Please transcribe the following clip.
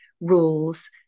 rules